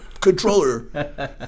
controller